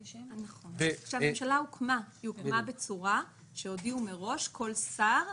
הממשלה הוקמה בצורה שהודיע מראש כל שר,